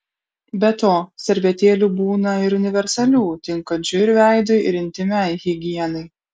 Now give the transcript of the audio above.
be to servetėlių būna ir universalių tinkančių ir veidui ir intymiai higienai